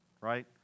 right